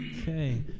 Okay